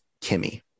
Kimmy